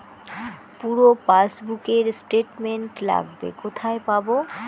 পুরো পাসবুকের স্টেটমেন্ট লাগবে কোথায় পাব?